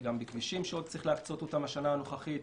גם בכבישים שעוד צריך להקצות אותם בשנה הנוכחית.